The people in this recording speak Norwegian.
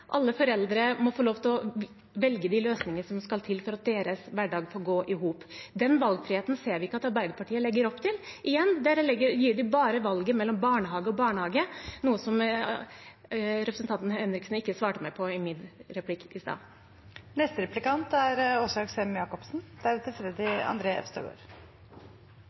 Alle barn er unike, alle foreldre må få lov til å velge de løsningene som skal til for at deres hverdag går i hop. Den valgfriheten ser vi ikke at Arbeiderpartiet legger opp til; de gir dem bare valget mellom barnehage og barnehage, noe representanten Henriksen ikke svarte meg på i min replikk i